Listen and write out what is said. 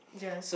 yes